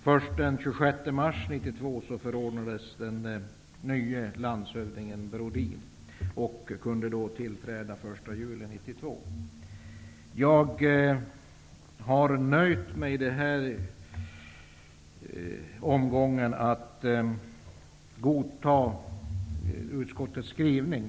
Först den 26 mars 1992 Jag har nöjt mig med att godta utskottets skrivning.